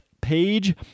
page